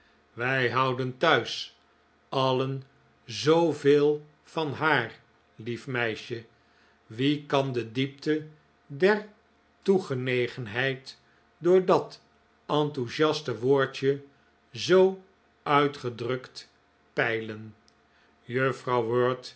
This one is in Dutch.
wij houden thuis alien z veel van haar lief meisje wie kan de diepte der toegenegenheid door dat enthousiaste woordje zbb uitgedrukt peilen juffrouw